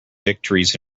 victories